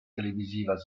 televisiva